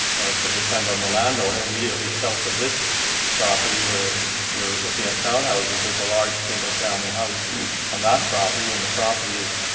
well, it's going to depend on the landowner. immediately south of this property, we're we're looking at townhouses, there's a large single-family house on that property and the property is,